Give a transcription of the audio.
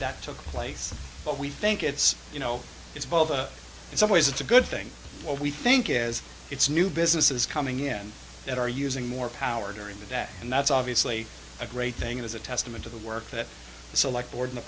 that took place but we think it's you know it's both in some ways it's a good thing what we think is it's new businesses coming in that are using more power during the day and that's obviously a great thing is a testament to the work that the select board the